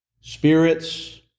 spirits